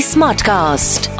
Smartcast